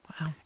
Wow